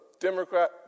Democrat